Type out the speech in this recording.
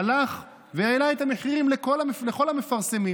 הלך והעלה את המחירים לכל המפרסמים,